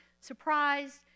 surprised